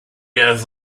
has